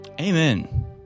Amen